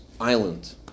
island